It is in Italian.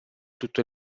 tutto